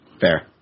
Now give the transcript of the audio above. Fair